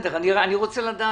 זה לא דיון משפטי, זה דיון מעשי.